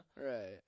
Right